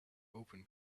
open